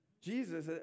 Jesus